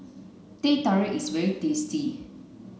teh tarik is very tasty